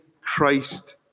Christ